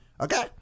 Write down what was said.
Okay